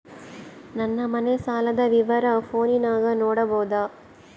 ನನ್ನ ಮನೆ ಸಾಲದ ವಿವರ ಫೋನಿನಾಗ ನೋಡಬೊದ?